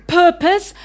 purpose